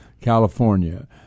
California